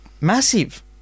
Massive